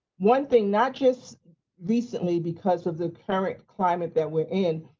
one thing not just recently because of the current climate that we're in,